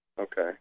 Okay